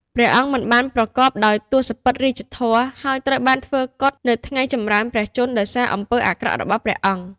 ព្រះអង្គមិនបានប្រកបដោយទសពិធរាជធម៌ ហើយត្រូវបានធ្វើគុតនៅថ្ងៃចម្រើនព្រះជន្ម ដោយសារអំពើអាក្រក់របស់ព្រះអង្គ។